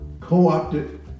co-opted